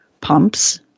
pumps